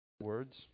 words